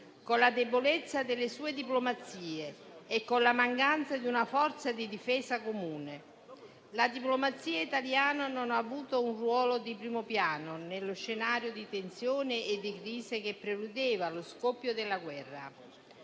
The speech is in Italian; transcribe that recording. con la debolezza delle sue diplomazie e con la mancanza di una forza di difesa comune. La diplomazia italiana non ha avuto un ruolo di primo piano nello scenario di tensione e di crisi che preludeva lo scoppio della guerra.